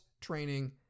training